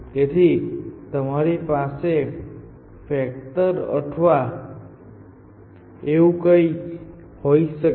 તેથી તમારી પાસે ફેક્ટર અથવા એવું કંઈક હોઈ શકે છે